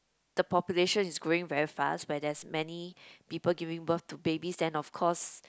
the population is growing very fast where there's many people giving birth to babies then of course